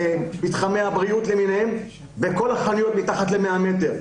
מתחמי הבריאות למיניהם ויהיו בכל החנויות עם שטח למטה מ-100 מטרים,